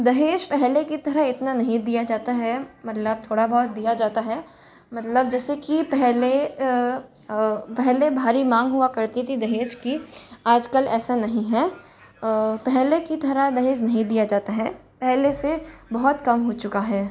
दहेज पहले की तरह इतना नहीं दिया जाता है मतलब थोड़ा बहुत दिया जाता है मतलब जैसे की पहले पहले भारी मांग हुआ करती थी दहेज की आजकल ऐसा नहीं है पहले की तरह दहेज नहीं दिया जाता है पहले से बहुत कम हो चुका है